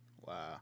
Wow